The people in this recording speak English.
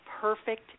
perfect